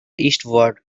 eastward